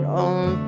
on